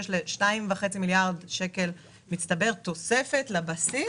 ל-2.5 מיליארד שקל מצטבר תוספת לבסיס.